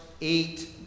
eight